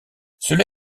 cela